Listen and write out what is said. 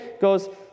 goes